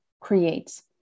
creates